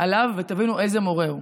ותבינו איזה מורה הוא.